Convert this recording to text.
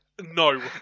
No